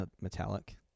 metallic